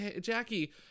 Jackie